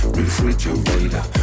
refrigerator